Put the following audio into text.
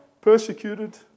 persecuted